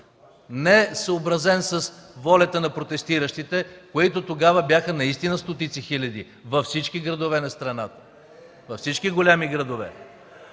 не съобразен с волята на стотиците протестиращи, които тогава наистина бяха стотици хиляди, във всички градове на страната, във всички големи градове.